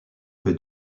peu